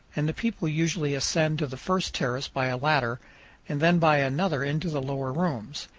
and the people usually ascend to the first terrace by a ladder and then by another into the lower rooms.